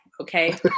okay